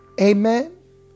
Amen